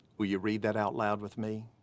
will you read that out loud with me?